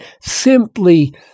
simply